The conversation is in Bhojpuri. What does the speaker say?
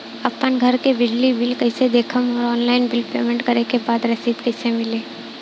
आपन घर के बिजली बिल कईसे देखम् और ऑनलाइन बिल पेमेंट करे के बाद रसीद कईसे मिली?